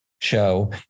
show